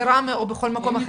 בראמה או בכל מקום אחר.